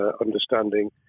understanding